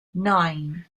nine